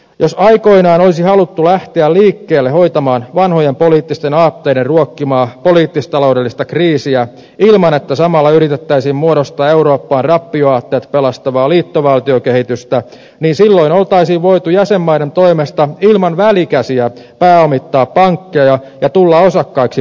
jos aikoinaan olisi haluttu lähteä liikkeelle hoitamaan vanhojen poliittisten aatteiden ruokkimaa poliittis taloudellista kriisiä ilman että samalla yritettäisiin muodostaa eurooppaan rappioaatteet pelastavaa liittovaltiokehitystä niin silloin olisi voitu jäsenmaiden toimesta ilman välikäsiä pääomittaa pankkeja ja tulla osakkaiksi pankkeihin